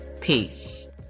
Peace